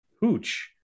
hooch